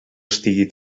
estigui